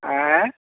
हैं